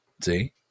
See